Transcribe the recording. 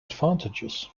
advantages